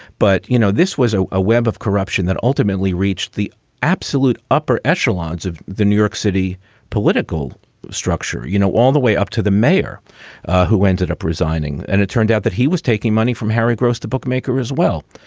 but, you know, this was a ah web of corruption that ultimately reached the absolute upper echelons of the new york city political structure. you know, all the way up to the mayor who ended up resigning. and it turned out that he was taking money from harry gross to bookmaker as well.